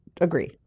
agree